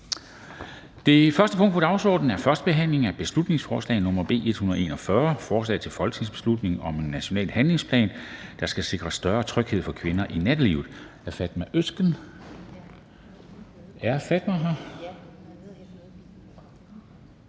Det første punkt på dagsordenen er: 1) 1. behandling af beslutningsforslag nr. B 141: Forslag til folketingsbeslutning om en national handlingsplan, der skal sikre større tryghed for kvinder i nattelivet. Af Fatma Øktem